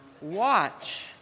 watch